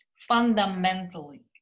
fundamentally